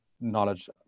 knowledge